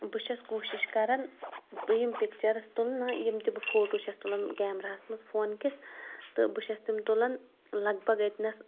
بہٕ چھٮ۪س کوٗشِش کَران بہٕ یِم پِکچَرٕس تُلہٕ نا یِم تہِ بہٕ فوٹوٗ چھٮ۪س تُلان کیمراہَس منٛز فونکِس تہٕ بہٕ چھٮ۪س تِم تُلان لگ بگ ییٚتِنَس